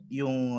yung